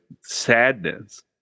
sadness